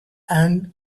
and